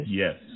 yes